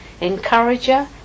encourager